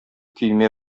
көймә